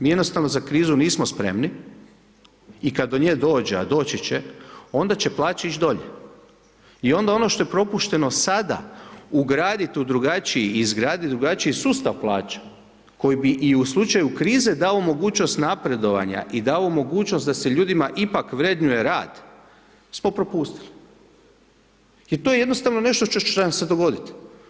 Mi jednostavno za krizu nismo spremni i kad do nje dođe, a doći će, onda će plaće ić dolje i onda ono što je propušteno sada, ugradit u drugačiji, izgradit drugačiji sustav plaća koji bi i u slučaju krize dao mogućnost napredovanja i dao mogućnost da se ljudima ipak vrednuje rad, smo propustili jer to je jednostavno nešto što će nam se dogoditi.